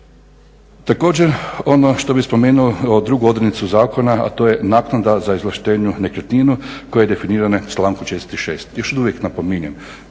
Također, ono što bih spomenuo ovu drugu odrednicu zakona, a to je naknada za izvlaštenje nekretnina koja je definirana člankom 46. Još uvijek napominjem